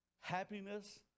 happiness